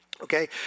Okay